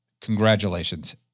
congratulations